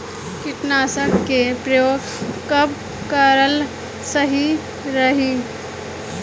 कीटनाशक के प्रयोग कब कराल सही रही?